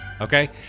Okay